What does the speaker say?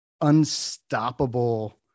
unstoppable